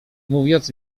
mówiąc